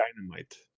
dynamite